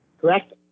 correct